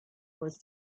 was